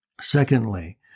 Secondly